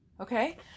Okay